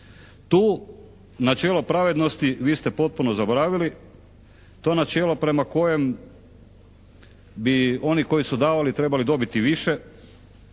Tu načelo pravednosti vi ste potpuno zaboravili. To je načelo prema kojem bi oni koji su davali trebali dobiti više